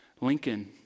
Lincoln